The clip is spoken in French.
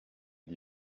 d’y